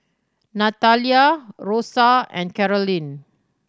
Nathalia Rosa and Carolyn